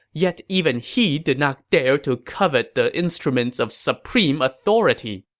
yet even he did not dare to covet the instruments of supreme authority.